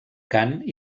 cant